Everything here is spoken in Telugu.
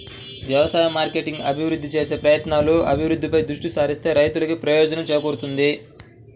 వ్యవసాయ మార్కెటింగ్ అభివృద్ధి చేసే ప్రయత్నాలు, అభివృద్ధిపై దృష్టి సారిస్తే రైతులకు ప్రయోజనం చేకూరుతుంది